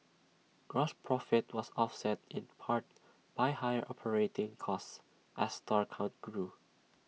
gross profit was offset in part by higher operating costs as store count grew